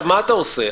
מה אתה עושה?